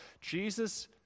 Jesus